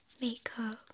makeup